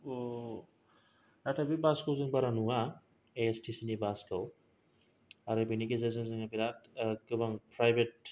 नाथाय बे बासखौ जों बारा नुवा एस थि सिनि बासखौ आरो बेनि गेजेरजों जोङो बेराथ गोबां फ्रायबेत